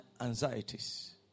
anxieties